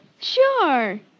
Sure